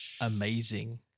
amazing